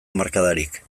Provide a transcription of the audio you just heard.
hamarkadarik